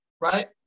right